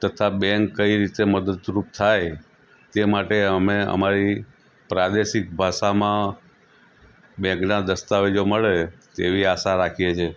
તથા બેંક કઈ રીતે મદદરૂપ થાય તે માટે અમે અમારી પ્રાદેશિક ભાષામાં બેંકના દસ્તાવેજો મળે તેવી આશા રાખીએ છીએ